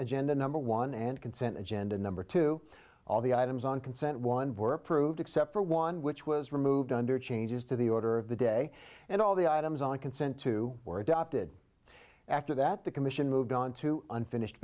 agenda number one and consent agenda number two all the items on consent one bore approved except for one which was removed under changes to the order of the day and all the items on a consent to were adopted after that the commission moved on to unfinished